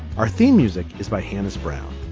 our theme music is by hannah's brown.